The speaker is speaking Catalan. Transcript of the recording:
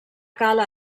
cala